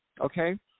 okay